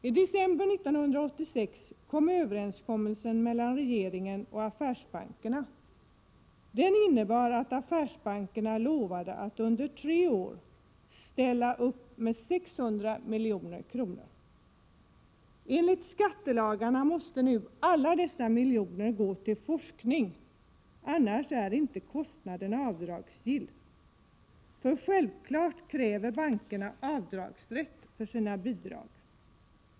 I december 1986 kom överenskommelsen mellan regeringen och affärsbankerna till stånd. Den innebar att affärsbankerna lovade att under tre år ställa upp med 600 milj.kr. Enligt skattelagarna måste alla dessa miljoner gå till forskning. Annars är inte kostnaden avdragsgill. Självfallet kräver bankerna avdragsrätt för sina bidrag.